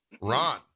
Ron